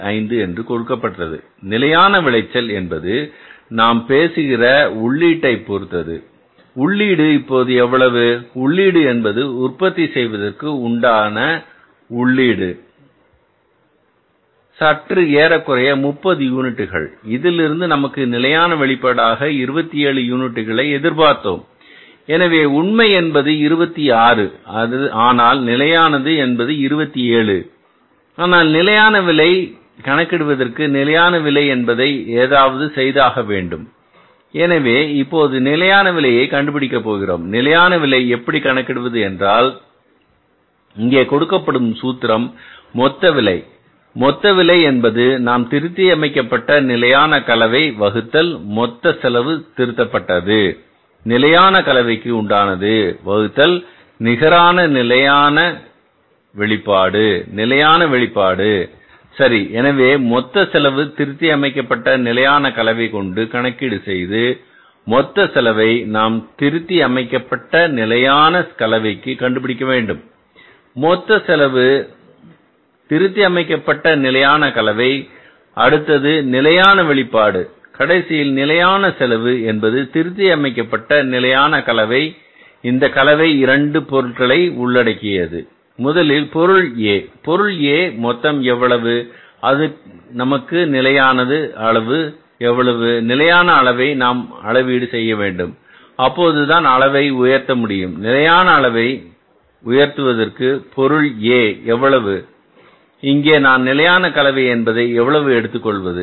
5 என்று கொடுக்கப்பட்டது நிலையான விளைச்சல் என்பது நாம் பேசுகிற உள்ளீட்டை பொருத்தது உள்ளீடு இப்போது எவ்வளவு உள்ளீடு என்பது உற்பத்தி செய்வதற்கும் உண்டான உள்ளீடாக சற்று ஏறக்குறைய 30 யூனிட்டுகள் இதிலிருந்து நமக்கு நிலையான வெளிப்பாடாக 27 யூனிட்டுகளை எதிர்பார்த்தோம் எனவே உண்மை என்பது 26 ஆனால் நிலையானது என்பது 27 ஆனால் நிலையான விலை கணக்கிடுவதற்கு நிலையான விலை என்பதை ஏதாவது செய்தாக வேண்டும் எனவே இப்போது நிலையான விலையை கண்டுபிடிக்க போகிறோம் நிலையான விலை எப்படி கணக்கிடுவது என்றால் இங்கே கொடுக்கப்படும் சூத்திரம் மொத்த விலை மொத்த விலை என்பது நாம் திருத்தி அமைக்கப்பட்ட நிலையான கலவை வகுத்தல் மொத்த செலவு திருத்தப்பட்டது நிலையான கலவைக்கு உண்டானது வகுத்தல் நிகர நிலையான வெளிப்பாடு நிலையான வெளிப்பாடு சரி எனவே மொத்த செலவு திருத்தி அமைக்கப்பட்ட நிலையான கலவை கொண்டு கணக்கீடு செய்து மொத்த செலவை நாம் திருத்தி அமைக்கப்பட்ட நிலையான கலவைக்கு கண்டுபிடிக்க வேண்டும் மொத்த செலவு திருத்தி அமைக்கப்பட்ட நிலையான கலவை அடுத்தது நிலையான வெளிப்பாடு கடைசியில் நிலையான செலவு என்பது திருத்தி அமைக்கப்பட்ட நிலையான கலவை இந்த கலவை இரண்டு பொருட்களை உள்ளடக்கியது முதலில் பொருள A பொருள A மொத்தம் எவ்வளவு அது நமக்கு நிலையானது அளவு எவ்வளவு நிலையான அளவை நாம் அளவீடு செய்ய வேண்டும் அப்போதுதான் அந்த அளவை உயர்த்த முடியும் நிலையான அளவை உயர்த்துவதற்கு பொருளே எவ்வளவு இங்கே நான் நிலையான கலவை என்பதை எவ்வளவு எடுத்துக்கொள்வது